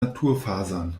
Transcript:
naturfasern